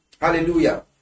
hallelujah